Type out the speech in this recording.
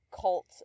cult